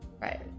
Right